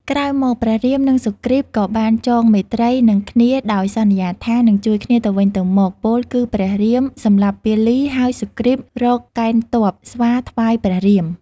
ក្រោយមកព្រះរាម និងសុគ្រីពក៏បានចងមេត្រី នឹងគ្នាដោយសន្យាថា នឹងជួយគ្នាទៅវិញទៅមកពោល គឺព្រះរាម សម្លាប់ពាលីហើយសុគ្រីពរកកេណ្ឌទព័ស្វាថ្វាយព្រះរាម។